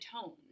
tone